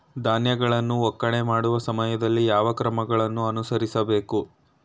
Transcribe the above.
ಧಾನ್ಯಗಳನ್ನು ಒಕ್ಕಣೆ ಮಾಡುವ ಸಮಯದಲ್ಲಿ ಯಾವ ಕ್ರಮಗಳನ್ನು ಅನುಸರಿಸಬೇಕು?